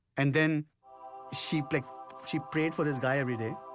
and then she like she prayed for this guy every day,